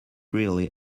really